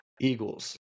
Eagles